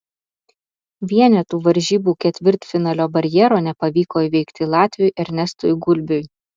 vienetų varžybų ketvirtfinalio barjero nepavyko įveikti latviui ernestui gulbiui